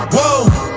Whoa